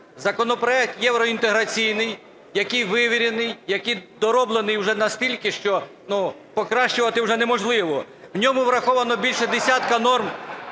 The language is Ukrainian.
Законопроект євроінтеграційний, який вивірений, який дороблений вже настільки, що покращувати вже неможливо. В ньому враховано більше десятка актів